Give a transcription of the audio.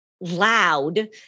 loud